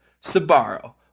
Sabaro